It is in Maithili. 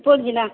सुपौल जिला